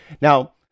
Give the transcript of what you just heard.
now